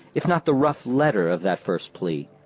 if not the rough letter of that first plea,